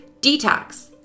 Detox